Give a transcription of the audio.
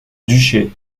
duché